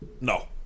No